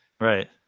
Right